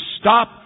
stop